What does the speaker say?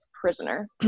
prisoner